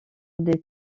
des